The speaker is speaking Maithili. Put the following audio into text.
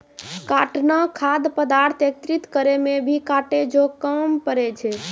काटना खाद्य पदार्थ एकत्रित करै मे भी काटै जो काम पड़ै छै